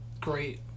great